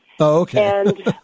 okay